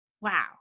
Wow